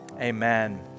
amen